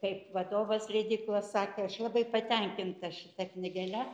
kaip vadovas leidyklos sakė aš labai patenkinta šita knygele